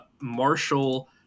marshall